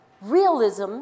realism